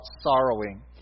sorrowing